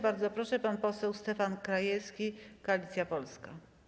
Bardzo proszę, pan poseł Stefan Krajewski, Koalicja Polska.